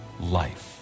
life